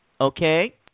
okay